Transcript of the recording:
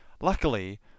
Luckily